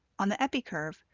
on the epi curve,